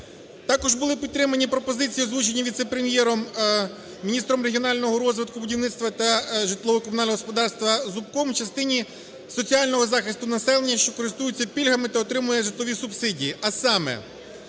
Також були підтримані пропозиції, озвучені віце-прем'єром – міністром регіонального розвитку, будівництва та житлово-комунального господарства Зубком, в частині соціального захисту населення, що користується пільгами та отримує житлові субсидії,